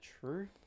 true